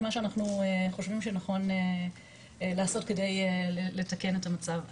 מה שאנחנו חושבים שנכון לעשות כדי לתקן את המצב.